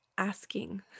Asking